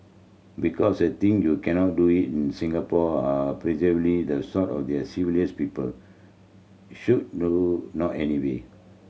because the thing you cannot do in Singapore are the sort of their civilised people should no not anyway